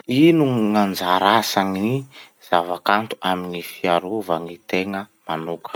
Ino gn'anjara asa gny zava-kanto amy gny fiarova gny tegna manoka.